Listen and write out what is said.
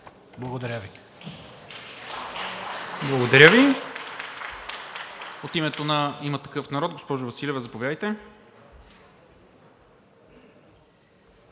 Благодаря Ви.